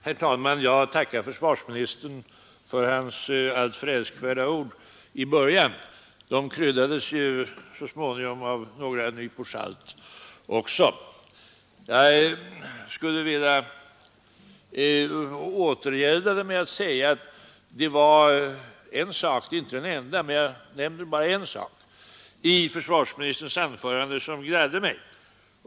Herr talman! Jag tackar försvarsministern för hans alltför älskvärda ord i början av sitt anförande. Dessa kryddades så småningom också av några nypor salt. Jag skulle vilja återgälda hans ord med att säga att det särskilt var en sak — det var inte det enda — i försvarsministerns anförande som gladde mig.